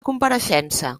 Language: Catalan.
compareixença